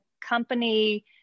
company